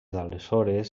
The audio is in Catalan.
d’aleshores